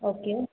okay